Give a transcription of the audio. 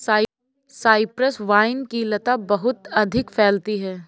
Cyprus vine की लता बहुत अधिक फैलती है